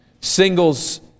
Singles